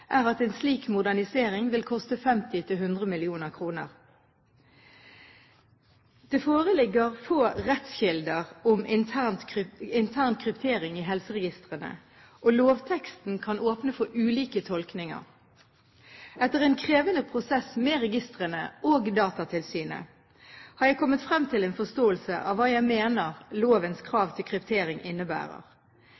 er at en slik modernisering vil koste 50–100 mill. kr. Det foreligger få rettskilder om intern kryptering i helseregistrene, og lovteksten kan åpne for ulike tolkninger. Etter en krevende prosess med registrene og Datatilsynet har jeg kommet frem til en forståelse av hva jeg mener lovens